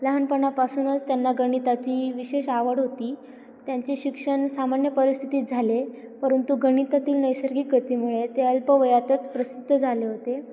लहानपणापासूनच त्यांना गणिताची विशेष आवड होती त्यांचे शिक्षण सामान्य परिस्थितीत झाले परंतु गणितातील नैसर्गिक गतीमुळे ते अल्पवयातच प्रसिद्ध झाले होते